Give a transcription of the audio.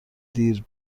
دیر